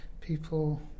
people